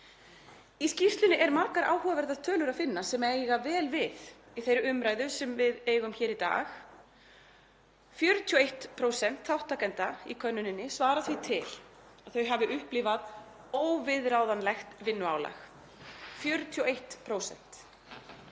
Í skýrslunni er margar áhugaverðar tölur að finna sem eiga vel við í þeirri umræðu sem við eigum hér í dag. 41% þátttakenda í könnuninni svara því til að þau hafi upplifað óviðráðanlegt vinnuálag — 41%.